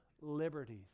liberties